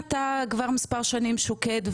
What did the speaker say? אתה כבר מספר שנים שוקד,